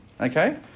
okay